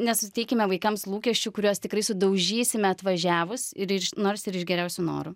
nesuteikime vaikams lūkesčių kuriuos tikrai sudaužysime atvažiavus ir ir nors iš geriausių norų